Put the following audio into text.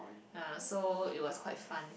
ya so it was quite fun